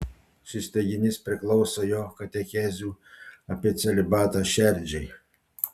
šis teiginys priklauso jo katechezių apie celibatą šerdžiai